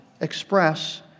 express